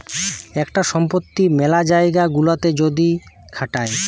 একটা সম্পত্তি মেলা জায়গা গুলাতে যদি খাটায়